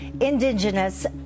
Indigenous